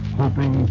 hoping